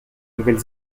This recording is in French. nouvelle